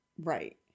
Right